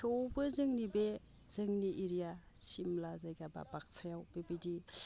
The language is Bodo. थेवबो जोंनि बे जोंनि एरिया सिमला जायगा बा बाक्सायाव बेबायदि